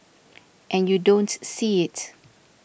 and you don't see it